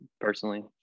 personally